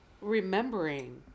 remembering